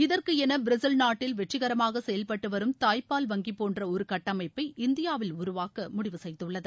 இதற்கு என பிரேசில் நாட்டில் வெற்றிரமாக செயவ்பட்டு வரும் தாய்பால் வங்கி போன்ற ஒரு கட்டமைப்பை இந்தியாவில் உருவாக்க முடிவு செய்துள்ளது